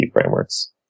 frameworks